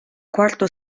quarto